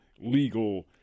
legal